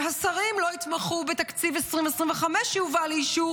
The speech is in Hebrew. שהשרים לא יתמכו בתקציב 2025 שיובא לאישור